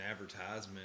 advertisement